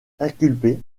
inculpé